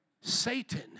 Satan